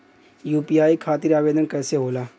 UPI खातिर आवेदन कैसे होला?